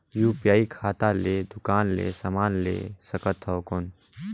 UPI खाता ले दुकान ले समान ले सकथन कौन?